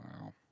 Wow